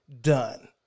done